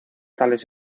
tales